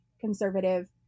conservative